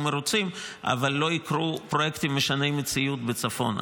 מרוצים אבל לא יקרו פרויקטים משני מציאות בצפון.